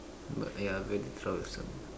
but ya very troublesome